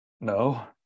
no